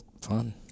fun